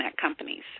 companies